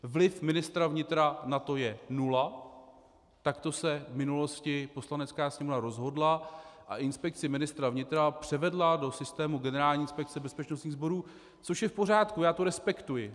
Vliv ministra vnitra na to je nula, takto se v minulosti Poslanecká sněmovna rozhodla a inspekci ministra vnitra převedla do systému Generální inspekce bezpečnostních sborů, což je v pořádku, já to respektuji.